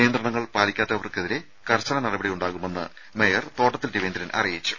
നിയന്ത്രണങ്ങൾ പാലിക്കാത്തവർക്കെതിരെ കർശന നടപടികൾ ഉണ്ടാവുമെന്ന് മേയർ തോട്ടത്തിൽ രവീന്ദ്രൻ അറിയിച്ചു